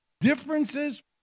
differences